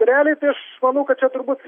reliai tai aš manau kad čia turbūt